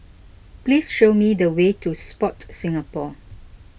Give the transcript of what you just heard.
please show me the way to Sport Singapore